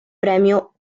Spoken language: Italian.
premio